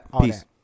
Peace